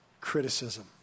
criticism